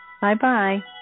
Bye-bye